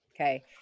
Okay